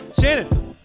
Shannon